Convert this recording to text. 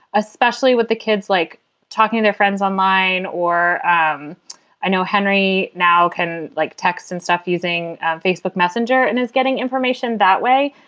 especially with the kids, like talking to their friends online, or um i know henry now can like texts and stuff using facebook messenger and is getting information that way.